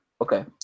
okay